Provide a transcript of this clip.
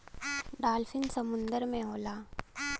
dolphin समुंदर में होला